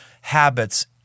habits